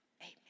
Amen